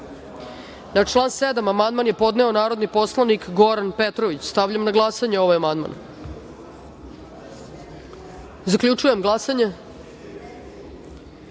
član 7. amandman je podneo narodni poslanik Goran Petrović. Stavljam na glasanje ovaj amandman. Zaključujem glasanje: